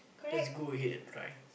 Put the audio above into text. just go ahead and try